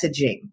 messaging